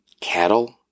cattle